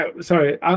sorry